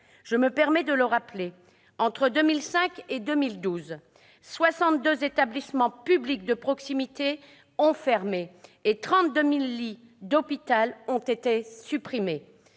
Je me permets de le rappeler : entre 2005 et 2012, soixante-deux établissements publics de proximité ont fermé et 32 000 lits ont été supprimés.